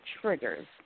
triggers